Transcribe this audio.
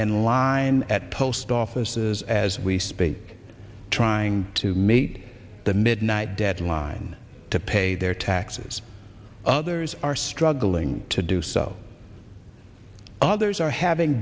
in line at post offices as we speak trying to mate the midnight deadline to pay their taxes others are struggling to do so others are having